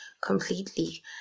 completely